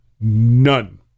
None